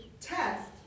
test